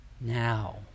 Now